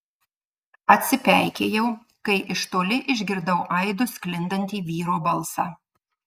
atsipeikėjau kai iš toli išgirdau aidu sklindantį vyro balsą